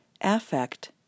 affect